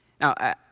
Now